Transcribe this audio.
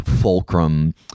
fulcrum